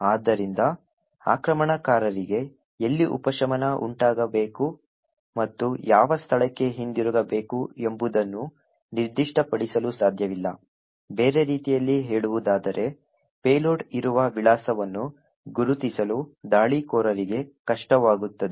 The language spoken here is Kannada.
ಆದ್ದರಿಂದ ಆಕ್ರಮಣಕಾರರಿಗೆ ಎಲ್ಲಿ ಉಪಶಮನ ಉಂಟಾಗಬೇಕು ಮತ್ತು ಯಾವ ಸ್ಥಳಕ್ಕೆ ಹಿಂದಿರುಗಬೇಕು ಎಂಬುದನ್ನು ನಿರ್ದಿಷ್ಟಪಡಿಸಲು ಸಾಧ್ಯವಿಲ್ಲ ಬೇರೆ ರೀತಿಯಲ್ಲಿ ಹೇಳುವುದಾದರೆ ಪೇಲೋಡ್ ಇರುವ ವಿಳಾಸವನ್ನು ಗುರುತಿಸಲು ದಾಳಿಕೋರರಿಗೆ ಕಷ್ಟವಾಗುತ್ತದೆ